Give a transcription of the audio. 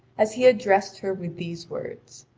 as he addressed her with these words